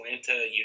Atlanta